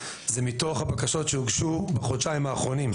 זה מתוך הבקשות שהוגשו בחודשיים האחרונים.